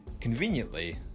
conveniently